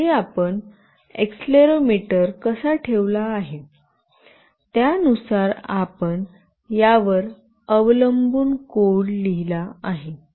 आणि येथे आपण एक्सेलेरोमीटर कसा ठेवला आहे त्यानुसार आपण यावर अवलंबून कोड लिहला आहे